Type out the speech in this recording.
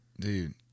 Dude